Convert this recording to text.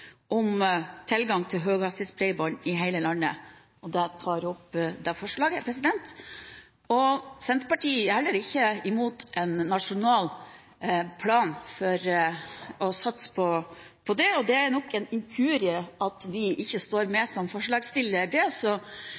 om tilgang til høyhastighetsbredbånd i hele landet. Jeg tar dermed opp det forslaget. Senterpartiet er heller ikke imot en nasjonal plan for å satse på dette, og det er nok ved en inkurie at vi ikke står med som forslagsstillere til det.